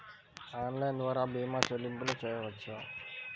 Online ద్వార భీమా చెల్లింపులు చేయవచ్చా?